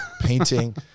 Painting